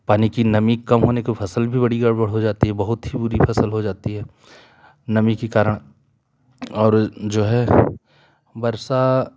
पानी की नमी कम होने की फसल भी बड़ी गड़बड़ हो जाती है बहुत ही बुरी फसल हो जाती है नमी के कारण और जो है वर्षा